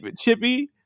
chippy